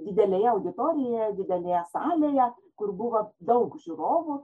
didelėje auditorijoje didelėje salėje kur buvo daug žiūrovų